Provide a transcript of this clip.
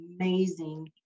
amazing